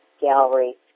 gallery